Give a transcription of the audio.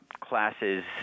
classes